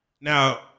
Now